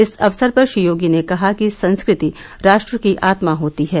इस अवसर पर श्री योगी ने कहा कि संस्कृति राष्ट्र की आत्मा होती है